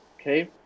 Okay